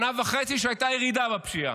שנה וחצי הייתה ירידה בפשיעה,